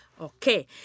Okay